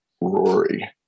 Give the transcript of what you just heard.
Rory